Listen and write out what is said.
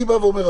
הם עומדים